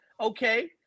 Okay